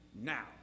now